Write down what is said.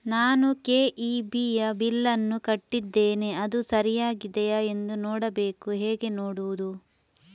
ನಾನು ಕೆ.ಇ.ಬಿ ಯ ಬಿಲ್ಲನ್ನು ಕಟ್ಟಿದ್ದೇನೆ, ಅದು ಸರಿಯಾಗಿದೆಯಾ ಎಂದು ನೋಡಬೇಕು ಹೇಗೆ ನೋಡುವುದು?